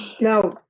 No